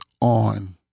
on